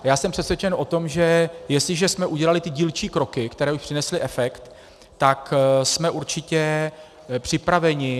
Já jsem přesvědčen o tom, že jestliže jsme udělali dílčí kroky, které už přinesly efekt, tak jsme určitě připraveni.